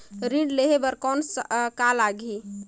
ऋण लेहे बर कौन का लगही?